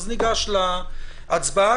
ניגש להצבעה,